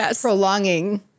prolonging